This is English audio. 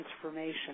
transformation